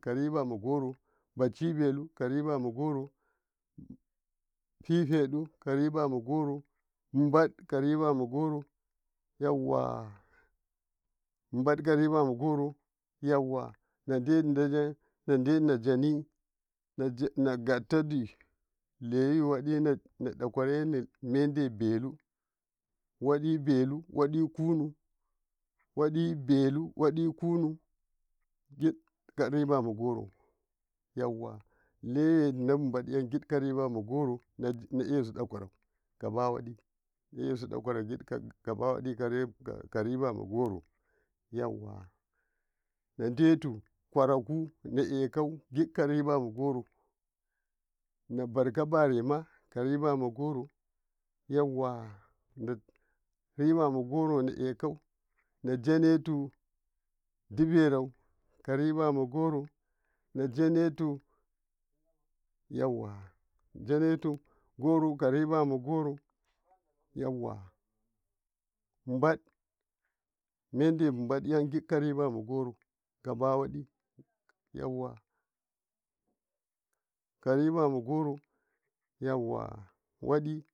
ka ribama goro baciyelu ka ribama goro fefeda ka ribama goro umbale ka ribama goro yawa umbale ka ribama goro nadeto jane nadeto jani nagatadi liweyo wadi liwiwadi nadakworo liwiye delu wadi belu wadi belu kunu wadi belu wadi belu wadi kunu dika ribama goro yawa liwino umbaleye, liwino umbaleye dina`adakoro karibama goro gabawadi na`asudakworo gabawadi na`asudakoro ka ribama goro gabawadi ka ribama ka ribama goro yawonedeto kwaraku na`aduka ribama goro narko barema ben ka goro ribama goro ribama ijaneto dibero ka ribama goro najana to yawa najana to goro ijane to goro ka ribama goro yawa umbale mide umbaleye den karibama goro gabawadi yawa karibama goro yawa mendo-wadi